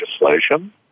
legislation